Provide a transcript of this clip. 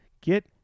Get